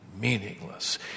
meaningless